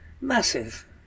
Massive